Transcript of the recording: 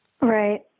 Right